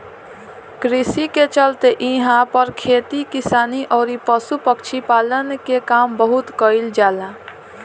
कृषि के चलते इहां पर खेती किसानी अउरी पशु पक्षी पालन के काम बहुत कईल जाला